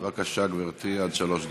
בבקשה, גברתי, עד שלוש דקות.